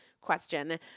question